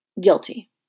Guilty